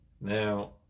now